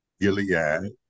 Gilead